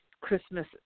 Christmas